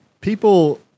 people